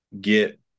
get